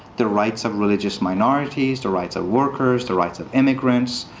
the rights of religious minorities, the rights of workers, the rights of immigrants,